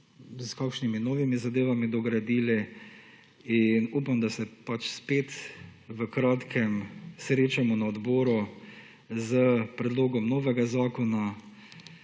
s kakšnimi novimi zadevami dogradili in upam, da se pač spet v kratkem srečamo na odboru s predlogom novega zakona